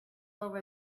over